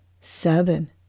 seven